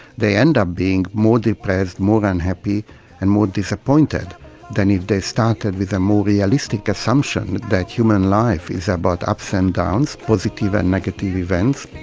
they end up being more depressed, more unhappy and more disappointed than if they started with a more realistic assumption that human life is about ups and downs, positive and negative events,